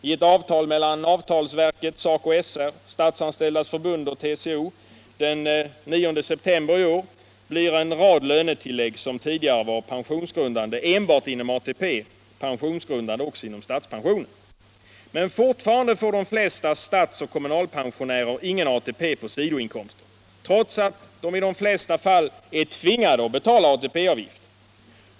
I ett avtal mellan avtalsverket, SACO/SR, Statsanställdas förbund och TCO av den 9 november i år blir en rad lönetillägg, som tidigare var pensionsgrundande enbart inom ATP, pensionsgrundande också inom statspensionen. Men fortfarande får de flesta statsoch kommunalpensionärerna ingen ATP på sidoinkomster, trots att de i de flesta fall är tvingade att betala ATP-avgift.